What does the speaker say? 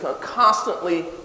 constantly